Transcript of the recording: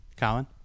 Colin